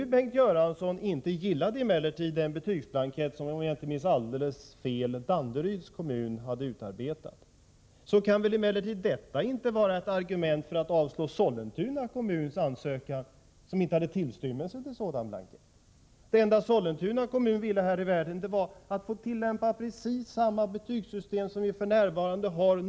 Om Bengt Göransson nu inte gillade den betygsblankett som — om jag inte minns fel — Danderyds kommun hade utarbetat, kan det väl inte vara ett argument för att avslå Sollentuna kommuns ansökan, som inte hade tillstymmelse till sådan blankett. Det enda Sollentuna kommun ville var att några årskurser tidigare få tillämpa precis samma betygssystem som vi f.n. har.